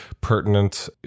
pertinent